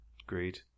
Agreed